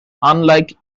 unlike